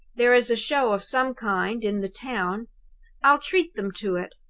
there is a show of some kind in the town i'll treat them to it.